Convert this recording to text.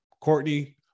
Courtney